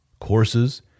courses